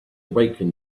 awaken